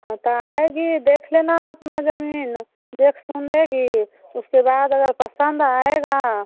हाँ तो आएगी देख लेना अपना ज़मीन देख सुन लेगी उसके बाद अगर पसंद आएगा